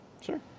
sure